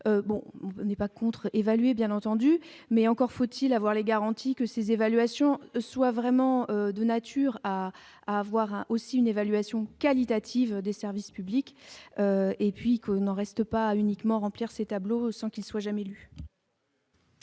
bon n'est pas contre évaluer, bien entendu, mais encore faut-il avoir les garanties que ces évaluations soient vraiment de nature à avoir aussi une évaluation qualitative des services publics et puis que n'en reste pas uniquement remplir ses tableaux sans qu'il soit jamais lu.